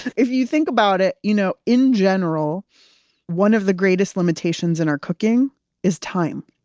if you think about it, you know in general one of the greatest limitations in our cooking is time.